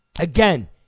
Again